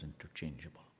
interchangeable